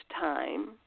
time